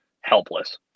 helpless